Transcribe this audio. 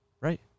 right